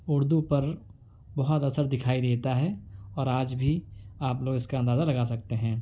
اردو پر بہت اثر دکھائی دیتا ہے اور آج بھی آپ لوگ اس کا اندازہ لگا سکتے ہیں